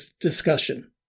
discussion